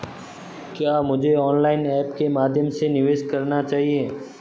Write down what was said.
क्या मुझे online apps के माध्यम से निवेश करना चाहिए?